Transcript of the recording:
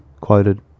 quoted